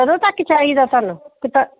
ਕਦੋਂ ਤੱਕ ਚਾਹੀਦਾ ਤੁਹਾਨੂੰ ਤ